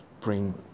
bring